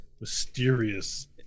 mysterious